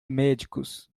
médicos